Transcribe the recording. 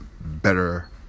better